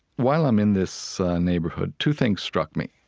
while i'm in this neighborhood, two things struck me.